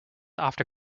after